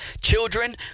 children